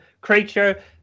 creature